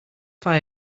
fire